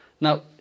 Now